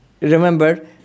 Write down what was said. Remember